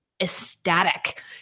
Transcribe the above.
ecstatic